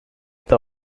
the